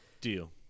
Deal